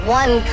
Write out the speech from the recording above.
one